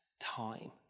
time